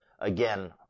again